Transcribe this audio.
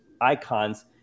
icons